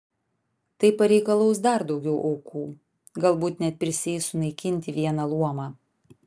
tai pareikalaus dar daugiau aukų galbūt net prisieis sunaikinti vieną luomą